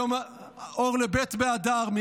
היום אור לאדר ב',